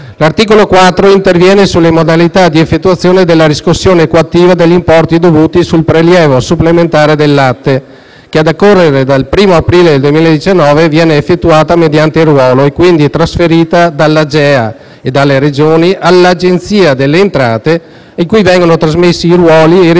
L'articolo 4 interviene sulle modalità di effettuazione della riscossione coattiva degli importi dovuti sul prelievo supplementare del latte che, a decorrere dal 1° aprile 2019, viene effettuata mediante ruolo e quindi trasferita dall'AGEA e dalle Regioni all'Agenzia delle entrate (cui vengono trasmessi i ruoli e i residui